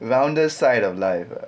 rounder side of life ah